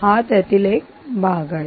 पण हा त्यातील एक भाग आहे